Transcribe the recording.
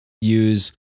use